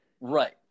Right